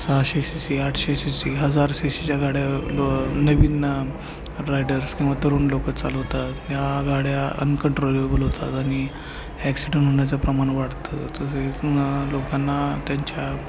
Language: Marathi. सहाशे सी सी आठशे सी सी हजार सी सीच्या गाड्या नवीन रायडर्स किंवा तरुण लोकं चालवतात या गाड्या अनकंट्रोलेबल होतात आणि ॲक्सिडन होण्याचं प्रमाण वाढतं तसेच न लोकांना त्यांच्या